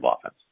offense